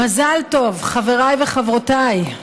מזל טוב, חבריי וחברותיי.